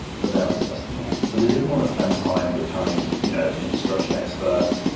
to their end-customer they didn't want to spend time becoming you know infrastructure experts,